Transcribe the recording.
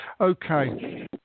Okay